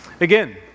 Again